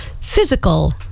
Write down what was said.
physical